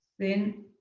thin,